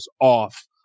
off